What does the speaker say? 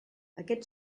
aquest